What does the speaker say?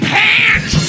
hands